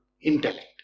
intellect